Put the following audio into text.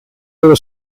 dello